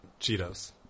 Cheetos